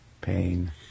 pain